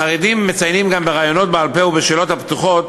החרדים מציינים גם בראיונות בעל-פה ובשאלות הפתוחות